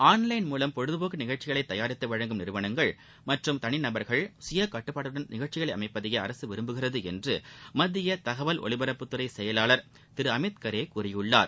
online மூலம் பொழுதபோக்கு நிகழ்ச்சிகளை தயாரித்து வழங்கும் நிறுவனங்கள் மற்றும் தனி நபர்கள் சுய கட்டுப்பாட்டுடன் நிகழ்ச்சிகளை அமைப்பதையே அரசு விரும்புகிறது என்று மத்திய தகவல் ஒலிபரப்புத் துறை செயலாளர் திரு அமித் கரே கூறியிருக்கிறார்